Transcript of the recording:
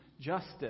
justice